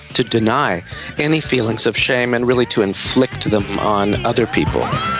to deny any feelings of shame and really to inflict them on other people.